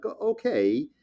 okay